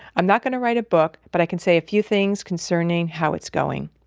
i'm not going to write a book, but i can say a few things concerning how it's going.